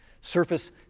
Surface